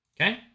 Okay